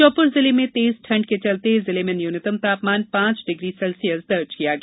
श्योपुर जिले में तेज ठंड के चलते जिले में न्यूनतम तापमान पांच डिग्री सेल्सियस दर्ज किया गया